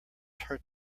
hurt